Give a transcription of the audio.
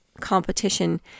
competition